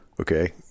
Okay